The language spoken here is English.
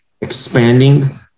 expanding